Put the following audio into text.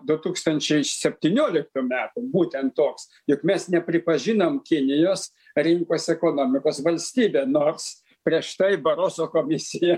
du tūkstančiai septynioliktų metų būtent toks jog mes nepripažinam kinijos rinkos ekonomikos valstybe nors prieš tai barozo komisija